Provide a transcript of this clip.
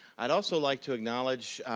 i'd also like to acknowledge,